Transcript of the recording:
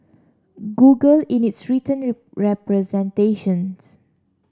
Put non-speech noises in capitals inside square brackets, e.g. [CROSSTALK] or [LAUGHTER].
Google in its written [UNINTELLIGIBLE] representations